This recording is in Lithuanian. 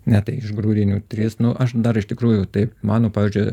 ne tai iš grūdinių tris nu aš dar iš tikrųjų taip mano pavyzdžiui